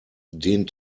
den